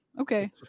Okay